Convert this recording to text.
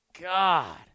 God